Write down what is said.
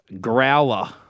growler